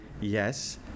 yes